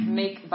make